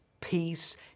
peace